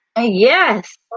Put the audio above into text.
Yes